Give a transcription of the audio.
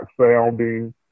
sounding